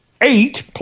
eight